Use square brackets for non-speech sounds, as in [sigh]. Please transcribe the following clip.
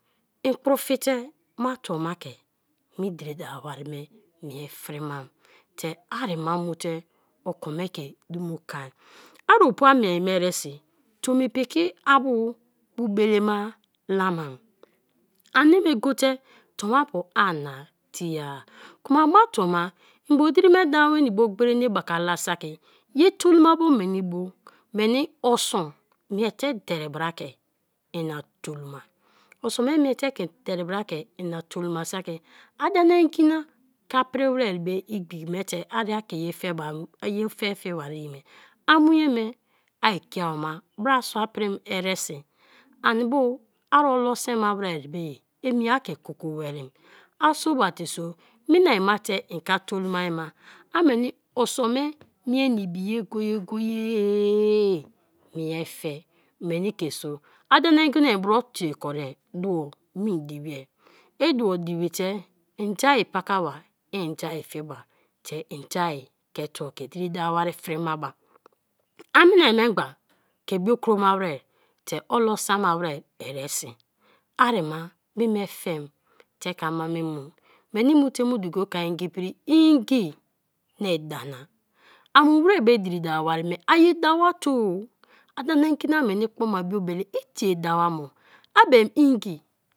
Ikpro fete ma tuoma ke me diri dwa wari me mie fia mam te ari ma mute oki me ke dumo kon; a opua mie me eresi tomi piki a bu bu belema la mam. [hesitation] Anime gote tonwa-puaina tiea kma ma tuoma i bo dirime dawo nwenii gberina baka la saki; ye tolomabo meni bo meni osun ye te dere bra ke ina toloma; osun me mien te te ke ina toloma saki a dana ngi na ke apri were be igbiki me te ari ke ye fe bam) [hesitation] ye fe fi bara ye me; a mu ye me ai kia ma brasua aprim eresi anibo a olo sèma ware be ye emi akė koko warem a so bate so meai ma te eh ke a toloma-a ma a meni osun me mie, na ibi-e go-go-e mie fe meni ke so a da na ngina èn bro tie korie dua me dibi-e; i dua dibite ende pakaba, iende fie ba te ende ke to tuo ke diri dawo wan frima ba a minai ma gba ke biokroma were te olo sema were eresi arima me me femte ke ama me mu meni mu duko ke ai ngi pri i-ngi na i dana i mu were me diri dawo wari me a ye dawa to-oi a da na ngi na meni kpo ma biobele i tie dawo mo? A bem i-ngi.